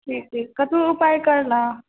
ठीक ठीक कतहुँ उपाय कर लऽ